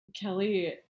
Kelly